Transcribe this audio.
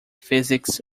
physics